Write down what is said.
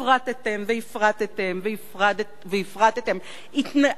הפרטתם והפרטתם והפרטתם.